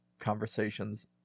conversations